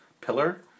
pillar